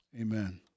amen